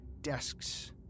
Desks